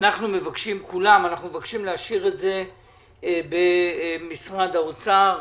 אנחנו מבקשים להשאיר את זה במשרד האוצר,